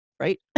right